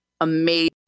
amazing